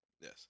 Yes